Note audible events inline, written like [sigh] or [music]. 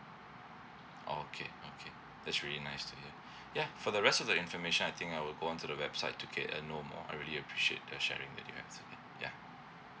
oh okay okay that's really nice to hear [breath] yeah for the rest of the information I think I will go on to the website to get and know more I really appreciate the sharing that you have to me yeah